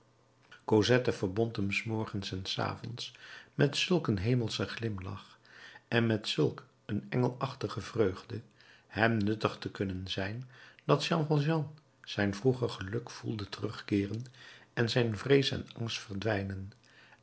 verbond hem s morgens en s avonds met zulk een hemelschen glimlach en met zulk een engelachtige vreugde hem nuttig te kunnen zijn dat jean valjean zijn vroeger geluk voelde terugkeeren en zijn vrees en angst verdwijnen